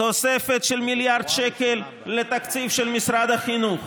תוספת של מיליארד שקל לתקציב של משרד החינוך,